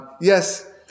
Yes